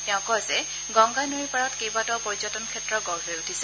তেওঁ কয় যে গংগা নৈৰ পাৰত কেইবাটাও পৰ্যটন ক্ষেত্ৰ গঢ় লৈ উঠিছে